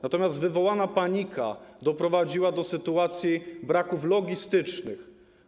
Natomiast wywołana panika doprowadziła do sytuacji braków logistycznych.